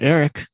Eric